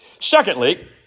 Secondly